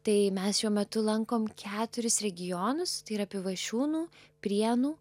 tai mes šiuo metu lankom keturis regionus tai yra pivašiūnų prienų